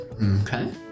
Okay